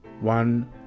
One